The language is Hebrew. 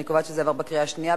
אני קובעת שההצעה עברה בקריאה שנייה.